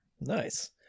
nice